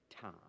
time